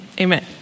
amen